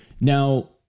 Now